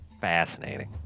fascinating